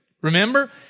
remember